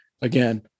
again